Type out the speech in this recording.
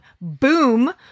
boom